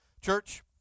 Church